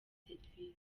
serivisi